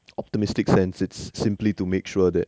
optimistic sense it's simply to make sure that